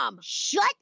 Shut